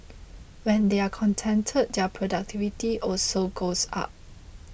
when they are contented their productivity also goes up